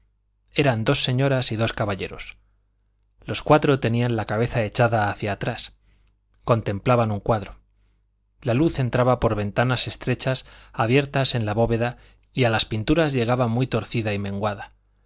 eran dos señoras y dos caballeros los cuatro tenían la cabeza echada hacia atrás contemplaban un cuadro la luz entraba por ventanas estrechas abiertas en la bóveda y a las pinturas llegaba muy torcida y menguada